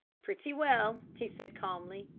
pretty well, he said calmly.